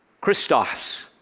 Christos